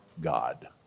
God